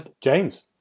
James